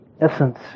essence